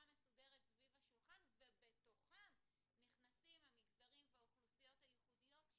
מסודרת סביב השולחן ובתוכם נכנסים המגזרים והאוכלוסיות הייחודיות.